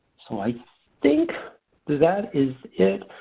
so i think that is it.